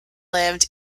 lived